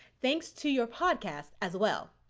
thanks to your podcast as well.